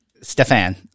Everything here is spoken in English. Stefan